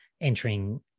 entering